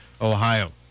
Ohio